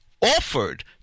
offered